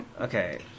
Okay